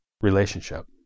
relationship